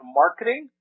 marketing